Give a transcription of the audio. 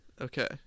Okay